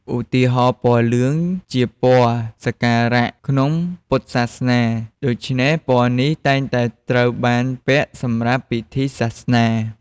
ឧទាហរណ៍ ពណ៌លឿងជាពណ៌សក្ការៈក្នុងពុទ្ធសាសនា ដូច្នេះពណ៌នេះតែងតែត្រូវបានពាក់សម្រាប់ពិធីសាសនា។